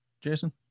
Jason